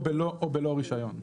או בלא רישיון.